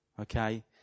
Okay